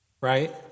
right